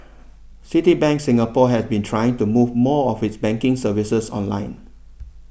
Citibank Singapore has been trying to move more of its banking services online